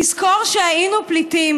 לזכור שהיינו פליטים,